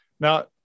Now